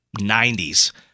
90s